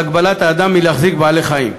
על הגבלת אדם מלהחזיק בעלי-חיים.